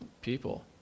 people